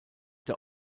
der